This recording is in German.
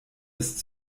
ist